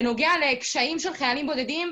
בנוגע לקשיים של חיילים בודדים,